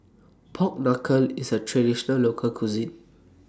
Pork Knuckle IS A Traditional Local Cuisine